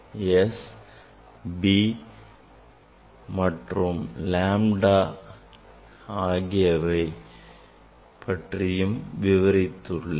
S b மற்றும் lambda ஆகியவை பற்றியும் விவரித்து உள்ளேன்